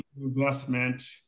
investment